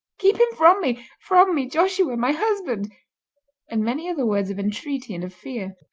keep him from me from me, joshua, my husband and many other words of entreaty and of fear.